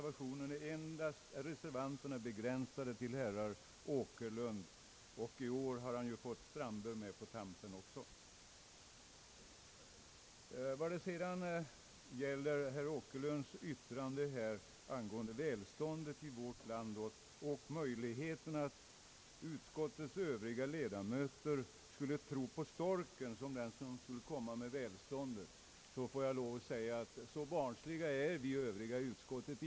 Vad sedan gäller herr Åkerlunds yttrande angående välståndet i vårt land och möjligheterna att utskottets övriga ledamöter skulle tro på storken som den som skulle komma med välståndet, får jag lov att säga, att så barnsliga är vi inte i utskottet.